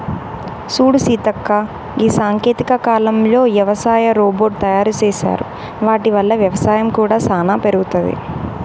సూడు సీతక్క గీ సాంకేతిక కాలంలో యవసాయ రోబోట్ తయారు సేసారు వాటి వల్ల వ్యవసాయం కూడా సానా పెరుగుతది